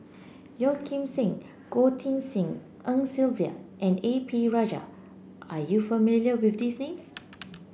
Yeo Kim Seng Goh Tshin En Sylvia and A P Rajah are you familiar with these names